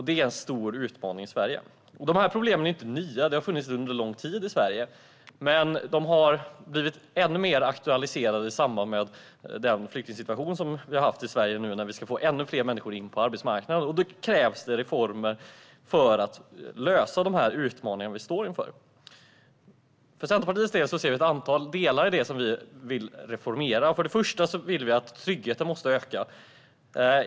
Det är en stor utmaning i Sverige. Dessa problem är inte nya - de har funnits under en lång tid - men de har blivit ännu mer aktualiserade i samband med den flyktingsituation vi har haft i Sverige och att vi nu ska få in ännu fler människor på arbetsmarknaden. Det krävs reformer för att lösa de utmaningar vi står inför, och för Centerpartiets del ser vi ett antal delar i detta som vi vill reformera. För det första måste tryggheten öka.